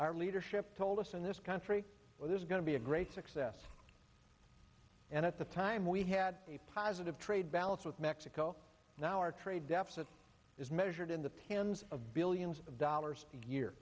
our leadership told us in this country well this is going to be a great success and at the time we had a positive trade balance with mexico now our trade deficit is measured in the pans of billions of dollars a year